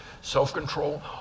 self-control